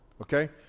Okay